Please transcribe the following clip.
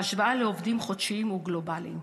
להבדיל מעובדים חודשיים וגלובליים.